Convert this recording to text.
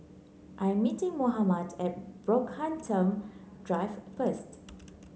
I am meeting Mohamed at Brockhampton Drive first